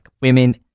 Women